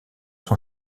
sont